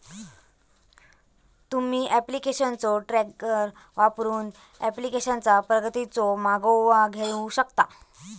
तुम्ही ऍप्लिकेशनचो ट्रॅकर वापरून ऍप्लिकेशनचा प्रगतीचो मागोवा घेऊ शकता